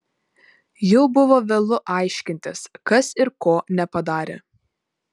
jau buvo vėlu aiškintis kas ir ko nepadarė